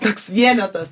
toks vienetas